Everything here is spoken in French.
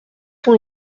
sont